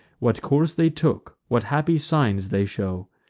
what course they took, what happy signs they shew.